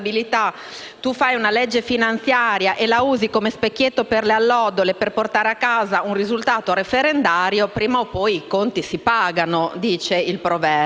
fai una legge di stabilità e la usi come specchietto per le allodole per portare a casa un risultato referendario, prima o poi - come recita il proverbio